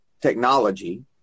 technology